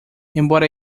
embora